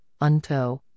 UNTO